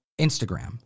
Instagram